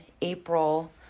April